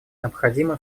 необходимо